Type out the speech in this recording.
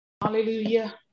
Hallelujah